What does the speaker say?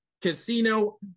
casino